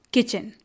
Kitchen।